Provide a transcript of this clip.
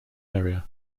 area